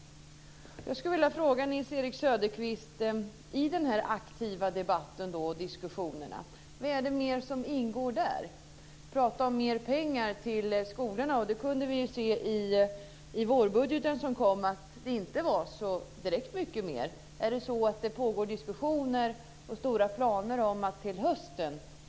Jag skulle vilja fråga Nils-Erik Söderqvist vad mer som ingår i den här aktiva debatten? Att prata om mer pengar till skolorna? I vårbudgeten kunde vi se att det inte var så värst mycket mer. Är det så att det diskuteras och planeras inför hösten?